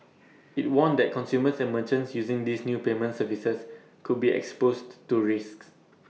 IT warned that consumers and merchants using these new payment services could be exposed to risks